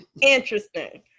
Interesting